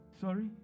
Sorry